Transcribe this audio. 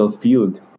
field